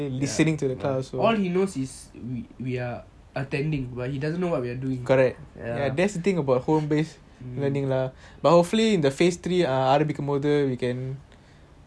all he knows is we we are attending but he doesn't know what we are doing the thing about home base learning lah but hopefully in the face three are to become older you can